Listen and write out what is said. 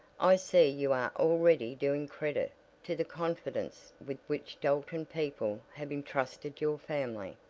i see you are already doing credit to the confidence with which dalton people have intrusted your family.